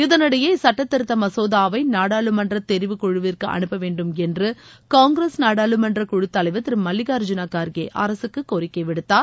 இதனிடையே இச்சட்டத் திருத்த மசோதாவை நாடாளுமன்ற தெரிவு குழுவிற்கு அனுப்ப வேண்டும் என்று காங்கிரஸ் நாடாளுமன்ற குழு தலைவர் திரு மல்விகார்ஜூன கார்கே அரசுக்கு கோரிக்கை விடுத்தார்